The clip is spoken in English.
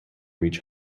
reach